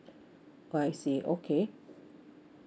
oh I see okay